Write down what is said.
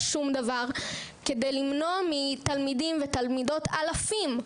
שום דבר כדי למנוע מתלמידים ותלמידות אלפים,